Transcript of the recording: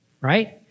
right